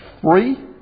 free